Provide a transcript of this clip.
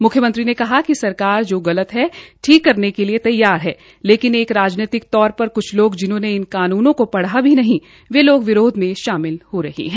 मुख्यमंत्री ने कहा कि सरकार जो गलत है ठीक करने के तैयार है लेकिन एक राजनीतिक तौर पर क्छ लोग जिन्होंने इन कानूनों को पढ़ा भी नहीं वो लोग विरोध में शामिल होते है